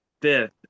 fifth